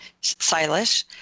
Silas